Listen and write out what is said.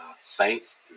Saints